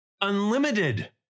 unlimited